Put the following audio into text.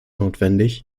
notwendig